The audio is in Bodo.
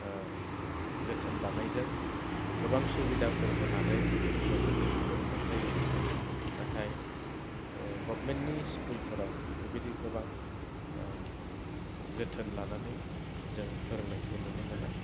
जोथोन लानायजों गोबां सुबिदाफोर होनानै गथ'फोरखौ फोरोंंनाय जायो नाथाय गभमेननि स्कुलफोराव बे बायदि गोबां जोथोन लानानै जों फोरोंनायखौ नुनो मोना